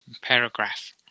paragraph